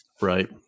Right